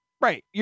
Right